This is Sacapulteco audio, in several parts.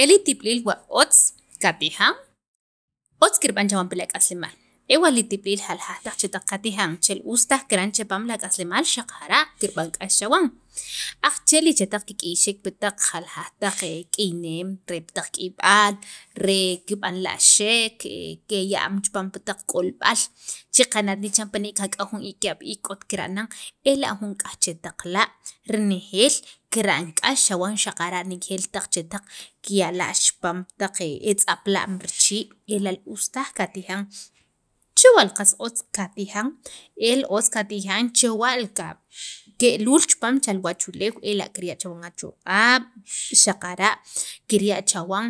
e li tib'iliil wa otz katijan otz kirb'an chawan pi ak'aslemaal ewa' li tib'iliil jaljaq taq chetaq katijan chel us taj kirb'an chipaam la k'aslemaal xaqara' kirb'an k'ax chawan aqache' li chetaq kik'iyxek pi jaljaq taq k'iyneem re pi taq k'iyb'al re kib'anla'xek e ya'm chipaan pi taq k'olb'al che qana't ne chiran pina' kak'aw jun ki'ab' iik k'ot kira'nan, ela' jun k'aj chetaq la' renejeel kirb'an k'ax chawan xaqara' nejeel taq chetaq kiya'lax chipaam taq etz'apla'n richii' ela' li us taj katijan chewa' qas otz katijan el otz katijan whwa' ke'luul chipaam li wachuleew ela kirya' chawan achoq'ab' xaqara' kirya' chawan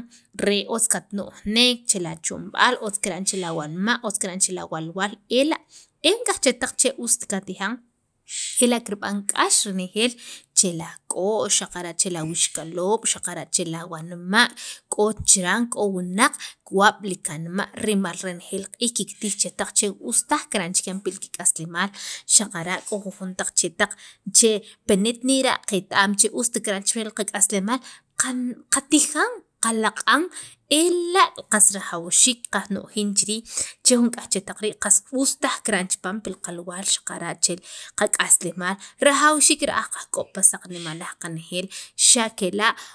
re otz katno'jnek che la chomb'aal otz kirba'n che awanma', otz kirb'an che awalwaal ela' e k'aj chetaq che ust katijan ela' kirb'an k'ax renejeel che ak'ox, xaqara' che la wixkaloob' xaqara' che awanma' k'o chiran k'o wunaq kiwab' li kanma' rimal renejeel q'iij kiktij chetaq che us taj kira'an chikyan pi kik'aslemaal xaqara' k'o jujon taq chetaq che pini't nera' qet- am ust kira'an chiran qak'aslemaal qatijan qalq'an ela' qas rajawxiik kajno'jin chi riij che jun k'aj chetaq ri us taj chipaam pil qawalwaal xaqara' chel qak'aslemaal rajawxiik ra'aj kajk'ob' pi saq xa' kela'